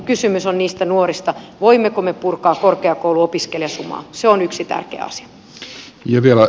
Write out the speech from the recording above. kysymys on niistä nuorista voimmeko me purkaa korkeakouluopiskelijasumaa se on yksi tärkeä asia